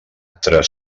tres